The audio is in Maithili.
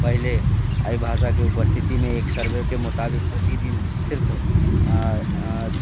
पहिले एहि भाषाके उपस्थितिमे एक सर्वेके मोताबिक प्रतिदिन सिर्फ